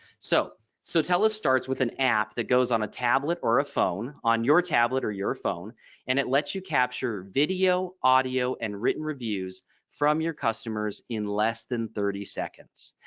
so, sotellus starts with an app that goes on a tablet or a phone on your tablet or your phone and it lets you capture video audio and written reviews from your customers in less than thirty seconds.